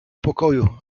pokoju